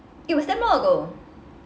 it was damn long ago